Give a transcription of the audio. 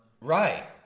Right